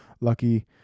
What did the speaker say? lucky